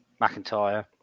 McIntyre